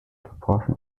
proportion